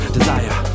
Desire